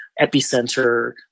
epicenter